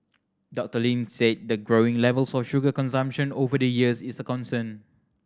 Doctor Ling said the growing level for sugar consumption over the years is a concern